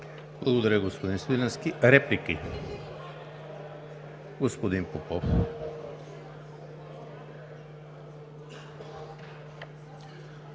Благодаря, господин Свиленски. Реплика – господин Попов.